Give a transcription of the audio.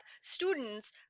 students